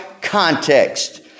context